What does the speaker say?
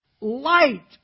light